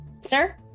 Sir